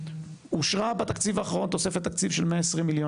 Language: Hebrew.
אושרה בתקציב האחרון תוספת תקציב של 120 מיליון